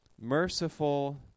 merciful